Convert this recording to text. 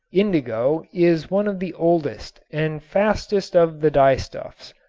indigo is one of the oldest and fastest of the dyestuffs.